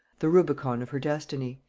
the rubicon of her destiny.